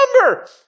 number